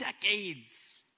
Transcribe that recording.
decades